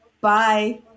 Bye